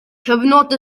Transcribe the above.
cyfnod